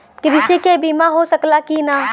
कृषि के बिमा हो सकला की ना?